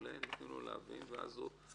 כך נותנים לו להבין, ואז הוא